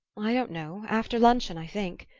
i don't know after luncheon, i think.